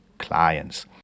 clients